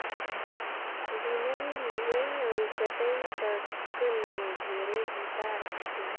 बुनई, लुवई अउ कटई तक ले ढेरे बूता रहथे